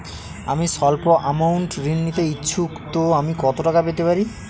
আমি সল্প আমৌন্ট ঋণ নিতে ইচ্ছুক তো আমি কত টাকা পেতে পারি?